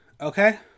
Okay